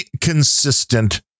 consistent